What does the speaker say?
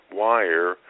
wire